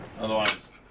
Otherwise